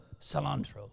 cilantro